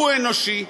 הוא אנושי,